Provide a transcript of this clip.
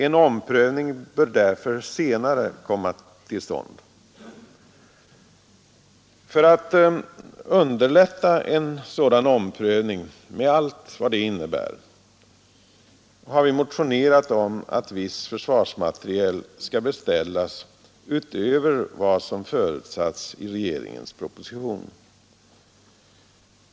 En omprövning bör därför senare komma till stånd. Vi föreslår i en motion att man, för att underlätta en sådan omprövning med allt vad den innebär, skall beställa viss försvarsmateriel utöver vad som förutsatts i regeringens proposition.